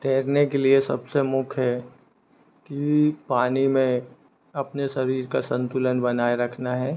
तैरने के लिए सबसे मुख्य है कि पानी में अपने शरीर का संतुलन बनाए रखना है